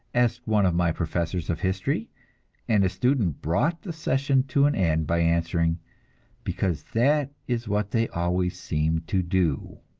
asked one of my professors of history and a student brought the session to an end by answering because that is what they always seem to do!